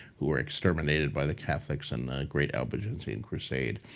who are exterminated by the catholics and the great albigensian crusade.